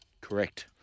Correct